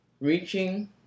Reaching